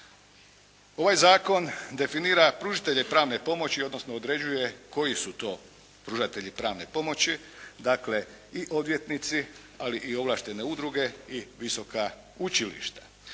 Ovaj Zakon definira pružitelje pravne pomoći, odnosno određuje koji su to pružatelji pravne pomoći, dakle, i odvjetnici ali i ovlaštene udruge i visoka učilišta.